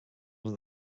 than